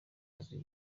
inzu